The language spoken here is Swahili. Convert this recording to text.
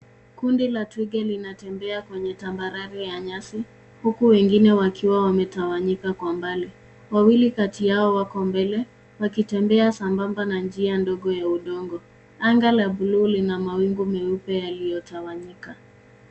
Kundi la twiga linatembea kwenye tambarare ya nyasi huku wengine wakiwa wametawanyika kwa mbali. Wawili kati yao wako mbele wakitembea sambamba na njia ndogo ya udongo. Anga la buluu lina mawingu mengine yaliyotawanyika.